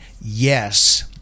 yes